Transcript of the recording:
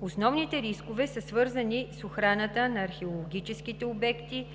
Основните рискове са свързани с охраната на археологическите обекти,